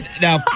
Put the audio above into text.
now